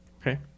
Okay